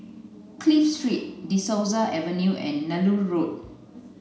Clive Street De Souza Avenue and Nallur Road